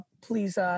please